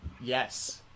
yes